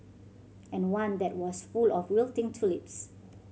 and one that was full of wilting tulips